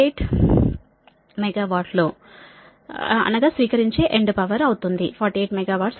8 స్వీకరించడం 48 మెగావాట్లు